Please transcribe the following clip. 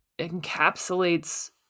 encapsulates